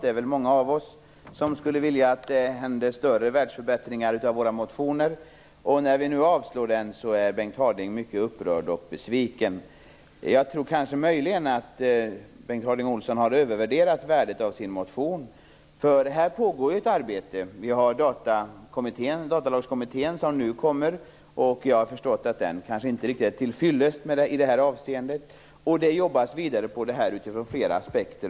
Det är många av oss som skulle vilja se att det blev världsförbättringar som en följd av våra motioner. När vi nu avslår den här motionen är Bengt Harding Olson mycket upprörd och besviken. Jag tror att Bengt Harding Olson har övervärderat sin motion. Det pågår ju ett arbete. Datalagskommittén kommer nu - jag har förstått att den inte riktigt är till fyllest i det här avseendet. Och det jobbas vidare på det här utifrån flera aspekter.